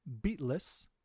beatless